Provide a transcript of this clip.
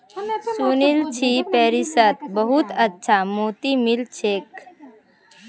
सुनील छि पेरिसत बहुत अच्छा मोति मिल छेक